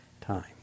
time